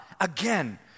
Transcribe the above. again